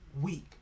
week